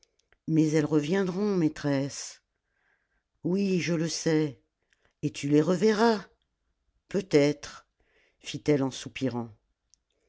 mais elles reviendront maîtresse oui je le sais et tu les reverras peut-être fit-elle en soupirant